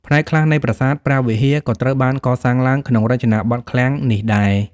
ផ្នែកខ្លះនៃប្រាសាទព្រះវិហារ ក៏ត្រូវបានកសាងឡើងក្នុងរចនាបថឃ្លាំងនេះដែរ។